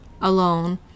alone